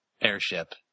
airship